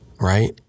Right